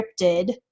scripted